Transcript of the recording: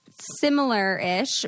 similar-ish